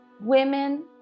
Women